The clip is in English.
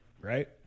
right